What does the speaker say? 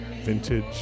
vintage